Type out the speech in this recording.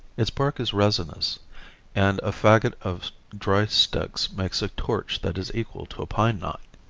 its bark is resinous and a fagot of dry sticks makes a torch that is equal to a pineknot.